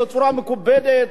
בצורה מכובדת,